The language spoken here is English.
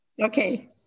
Okay